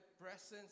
presence